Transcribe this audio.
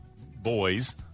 Boys